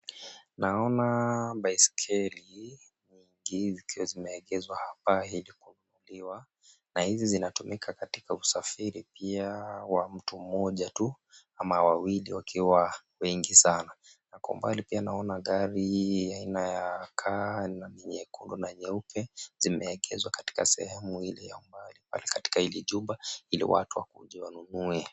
Naona baiskeli nyingi zikiwa zimeegezwa hapa ili kununuliwa. Na hizi zinatumika katika usafiri pia wa mtu mmoja tu ama wawili wakiwa wengi sana. Na kwa umbali pia naona gari ya aina ya car na ni nyekundu na nyeupe zimeekezwa katika sehemu Ile ya umbali pale katika hili jumba ili watu wakuje wanunue.